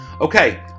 Okay